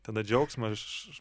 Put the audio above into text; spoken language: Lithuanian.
tada džiaugsmą š š š